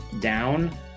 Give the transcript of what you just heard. down